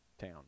town